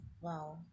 Wow